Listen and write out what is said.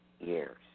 years